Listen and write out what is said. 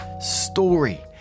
story